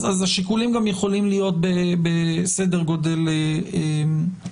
אז השיקולים גם יכולים להיות בסדר גודל אחר.